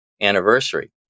anniversary